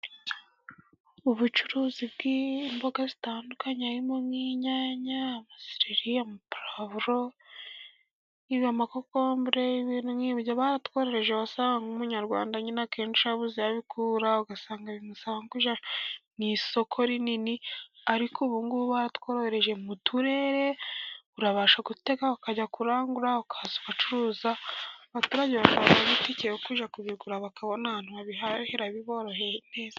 Ubucuruzi bw'imboga zitandukanye harimo nk'inyanya, amaserero, amapuwavuro, amakokombure ibintu nk'ibyo baratworohereje wasanga nk'Umuyarwanda nyine akenshi yabuze aho abikura, ugasanga bimusaba nko kujya mu isoko rinini, ariko ubugubu baratworohereje mu turere babasha gutega bakajya kurangura, bakaza gucuruza abaturage bakazana itike yo kujya kubigura, bakabona ahantu babirangurira biboroheye neza.